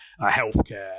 healthcare